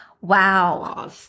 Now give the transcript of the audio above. Wow